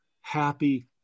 Happy